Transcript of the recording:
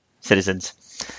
citizens